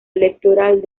electoral